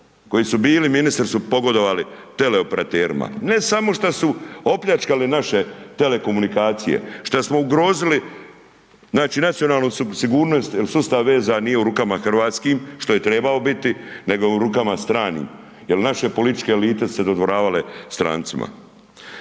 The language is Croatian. koji su bili ministri su pogodovali teleoperaterima, ne samo šta su opljačkali naše telekomunikacije, šta smo ugrozili, znači, nacionalnu sigurnost jel sustav vezan nije u rukama hrvatskim, što je trebao biti, nego je u rukama stranim, jel naše političke elite su se dodvoravale strancima.